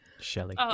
Shelley